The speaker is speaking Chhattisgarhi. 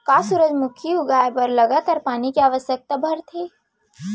का सूरजमुखी उगाए बर लगातार पानी के आवश्यकता भरथे?